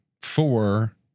Four